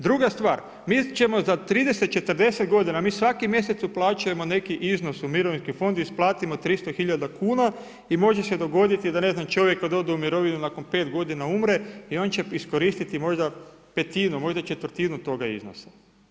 Druga stvar, mi ćemo za 30, 40 godina, mi svaki mjesec uplaćujemo neki iznos u mirovinski fond isplatimo 300 hiljada kuna i može se dogoditi da ne znam čovjek kad ode u mirovinu nakon pet godina umre i on će iskoristiti možda petinu, možda četvrtinu toga iznosa.